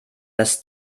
das